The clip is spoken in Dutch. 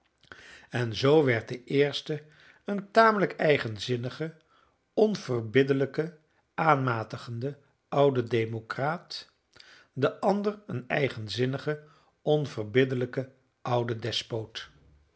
en zoo werd de eerste een tamelijk eigenzinnige onverbiddelijke aanmatigende oude democraat de ander een eigenzinnige onverbiddelijke oude despoot